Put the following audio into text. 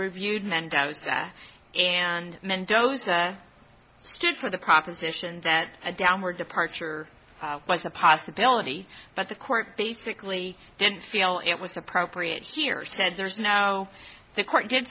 reviewed mendoza and mendoza stood for the proposition that a downward departure was a possibility but the court basically didn't feel it was appropriate here said there's no the court